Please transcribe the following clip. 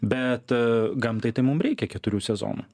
bet gamtai tai mum reikia keturių sezonų